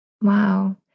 Wow